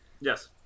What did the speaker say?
Yes